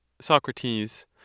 Socrates